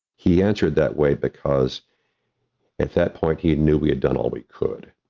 he answered that way because at that point, he knew we had done all we could.